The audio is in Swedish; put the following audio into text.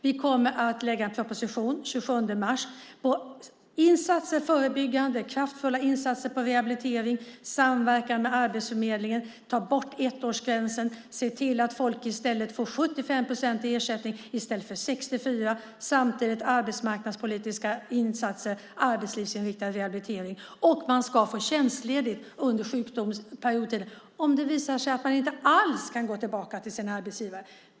Vi kommer att lägga fram en proposition den 27 mars om förebyggande insatser, kraftfulla insatser på rehabilitering och samverkan med Arbetsförmedlingen. Vi vill ta bort ettårsgränsen, se till att folk får 75 procent i ersättning i stället för 64 procent, se till att det blir arbetsmarknadspolitiska insatser, arbetslivsinriktad rehabilitering och att man ska få tjänstledigt under sjukdomsperioden om det visar sig att man inte alls kan gå tillbaka till sin arbetsgivare.